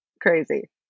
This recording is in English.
crazy